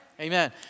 Amen